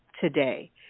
today